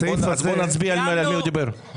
אז בואו נצביע על מי הוא דיבר.